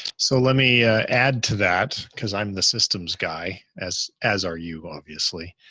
so let me add to that, cause i'm the systems guy as as are you obviously,